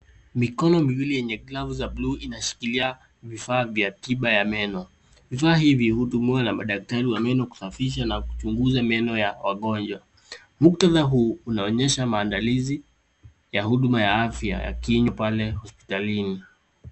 Miko miwili yenye glavu za blue inashikilia vifaa vya tiba ya meno. Vifaa hivi hutumiwa na madaktari wa meno kusafisha na kuchunguza meno ya wagonjwa. Muktadha huu unaonyesha maandizi ya huduma ya afya ya kinywa pale hospitalini.